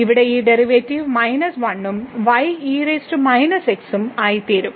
ഇവിടെ ഈ ഡെറിവേറ്റീവ് 1 ഉം ഉം ആയിത്തീരും